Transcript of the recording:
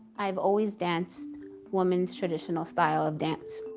i've always danced woman's traditional style of dance.